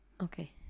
Okay